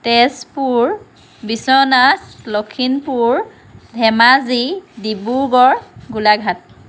Tezpur Biswanath Lakhimpur Dhemaji Dibrugarh Golaghat